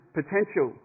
potential